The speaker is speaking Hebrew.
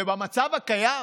ובמצב הקיים,